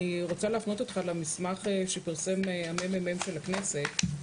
אני רוצה להפנות אותך למסמך שפרסם הממ"מ של הכנסת,